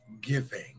giving